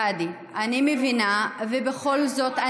חבר הכנסת אבו שחאדה, אני מבינה, ובכל זאת,